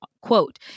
Quote